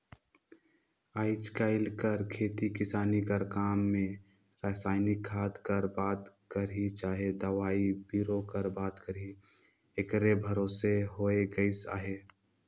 आएज काएल कर खेती किसानी कर काम में रसइनिक खाद कर बात करी चहे दवई बीरो कर बात करी एकरे भरोसे होए गइस अहे